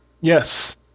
Yes